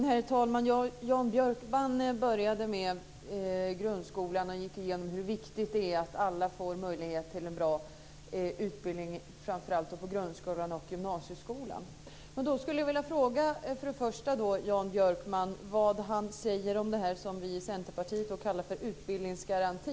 Herr talman! Jan Björkman började med grundskolan och gick igenom hur viktigt det är att alla får möjlighet till en bra utbildning, framför allt i grundskolan och gymnasieskolan. Jag skulle först och främst vilja fråga Jan Björkman vad han säger om det vi i Centerpartiet kallar för utbildningsgaranti.